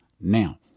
Now